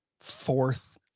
fourth